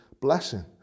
blessing